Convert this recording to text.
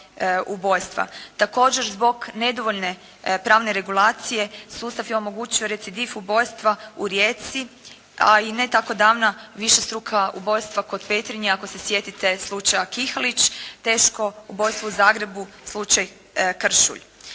Također zbog nedovoljno pravne regulacije sustav je omogućio recidiv ubojstva u Rijeci, a i ne tako davna višestruka ubojstva kod Petrinje ako se sjetite slučaja Kihalić, teško ubojstvo u Zagrebu slučaj Kršulj.